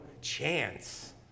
chance